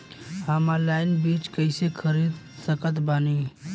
हम ऑनलाइन बीज कइसे खरीद सकत बानी?